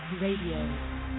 Radio